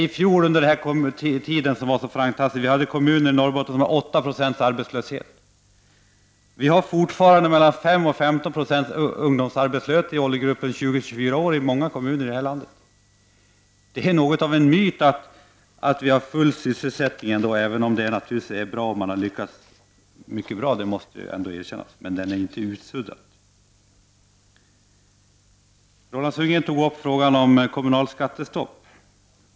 I fjol vid motsvarande tidpunkt som i dag fanns det kommuner i Norrbotten som hade 8 96 arbetslöshet. I många kommuner finns det fortfarande 5-15 96 ungdomsarbetslöshet i åldersgruppen 20-24 år. Det är något av en myt att det råder full sysselsättning. Jag skall erkänna att vi har lyckats mycket bra, men arbetslösheten är inte utsuddad. Roland Sundgren tog upp frågan om kommunalt skattestopp.